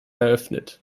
eröffnet